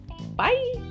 Bye